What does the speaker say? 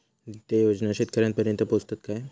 ते योजना शेतकऱ्यानपर्यंत पोचतत काय?